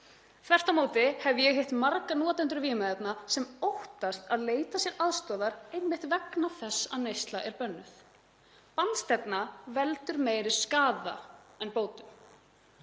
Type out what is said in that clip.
Þvert á móti hef ég hitt marga notendur vímuefna sem óttast að leita sér aðstoðar einmitt vegna þess að neysla er bönnuð. Bannstefna veldur meiri skaða en bótum.